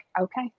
okay